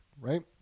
right